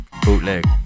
Bootleg